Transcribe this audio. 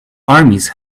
armies